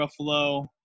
Ruffalo